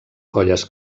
colles